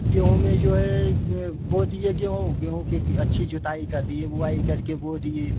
गेहूँ में जो है बो दिए गेहूँ गेहूँ के कि अच्छी जोताई कर दिए बोआई करके बो दिए